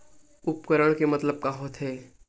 उपकरण के मतलब का होथे?